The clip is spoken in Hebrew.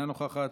אינה נוכחת,